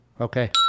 okay